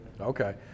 Okay